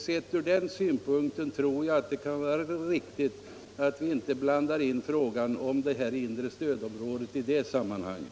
Sett ur den synpunkten tror jag att det kan vara riktigt att inte blanda in frågan om det inre stödområdet i det sammanhanget.